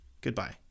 goodbye